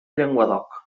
llenguadoc